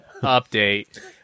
update